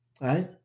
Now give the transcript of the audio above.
right